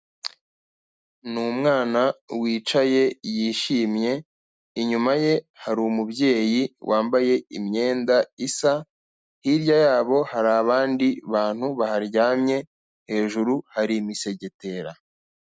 Ni umwana wicaye yishimye, inyuma ye hari umubyeyi wambaye imyenda isa, hirya yabo hari abandi bantu baharyamye hejuru hari imisegetera.